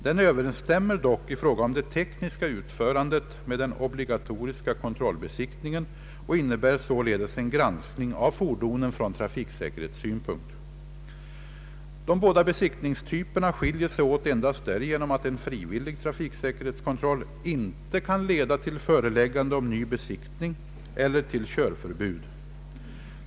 Den överensstämmer dock i fråga om det tekniska utförandet med den obligatoriska kontrollbesiktningen och innebär således en granskning av fordonen från trafiksäkerhetssynpunkt. De båda besiktningstyperna skiljer sig åt endast därigenom att en frivillig trafiksäkerhetskontroll inte kan leda till föreläggande om ny besiktning eller till körförbud.